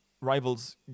rivals